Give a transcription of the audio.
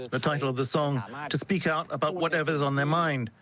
the title of the song um ah to speak out about whatever's on their mind,